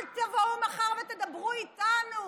אל תבואו מחר ותדברו איתנו